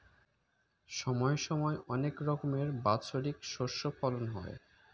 সময় সময় অনেক রকমের বাৎসরিক শস্য ফলন হয়